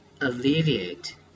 alleviate